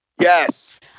Yes